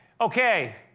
okay